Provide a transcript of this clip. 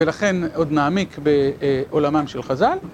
ולכן עוד נעמיק בעולמם של חז'ל.